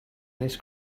this